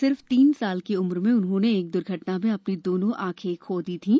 सिर्फ तीन साल की उम्र में उन्होंने एक द्र्घटना में अपनी दोनों आँखें खो दी थीं